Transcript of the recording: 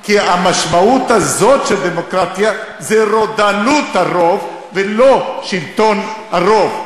כי המשמעות הזאת של דמוקרטיה היא רודנות הרוב ולא שלטון הרוב,